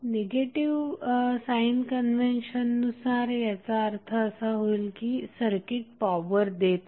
negative sign convention नुसार याचा अर्थ असा होईल की सर्किट पॉवर देत आहे